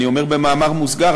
אני אומר במאמר מוסגר,